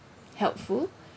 helpful